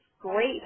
great